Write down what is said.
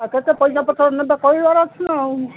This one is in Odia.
ଆଉ କେତେ ପଇସା ପତର ନେବେ କହିବାର ଅଛି ନା ଆଉ